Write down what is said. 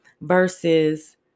versus